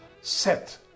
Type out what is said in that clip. set